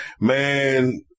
man